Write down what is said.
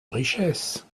richesse